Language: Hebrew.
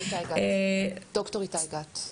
ד"ר איתי גת.